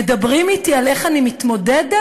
מדברים אתי על איך אני מתמודדת?